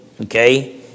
Okay